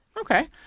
Okay